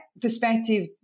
perspective